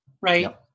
right